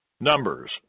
Numbers